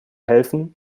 helfen